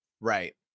right